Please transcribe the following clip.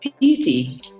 Beauty